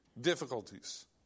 difficulties